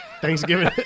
Thanksgiving